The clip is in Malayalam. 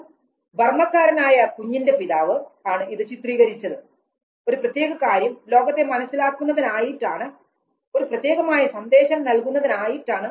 ഒരു ബർമക്കാരനായ കുഞ്ഞിൻറെ പിതാവ് ഇത് ചിത്രീകരിച്ചത് ഒരു പ്രത്യേക കാര്യം ലോകത്തെ മനസ്സിലാക്കുന്നതിനായിട്ടാണ് ഒരു പ്രത്യേകമായ സന്ദേശം നൽകുന്നതിനായിട്ടാണ്